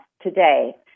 today